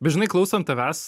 žinai klausant tavęs